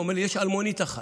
הוא אומר: יש אלמונית אחת.